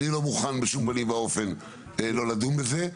אני לא מוכן בשום פנים ואופן לא לדון בזה.